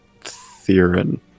Theron